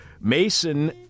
Mason